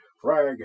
Frag